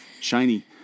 Shiny